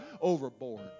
overboard